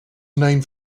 named